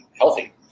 healthy